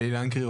אלי לנקרי,